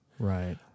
Right